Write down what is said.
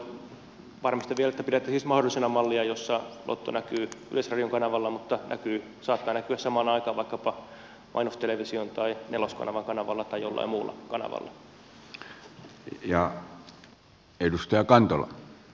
varmistan vielä että pidätte siis mahdollisena mallia jossa lotto näkyy yleisradion kanavalla mutta saattaa näkyä samaan aikaan vaikkapa mainostelevision tai neloskanavan kanavalla tai jollain muulla kanavalla